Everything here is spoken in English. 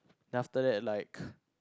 then after that like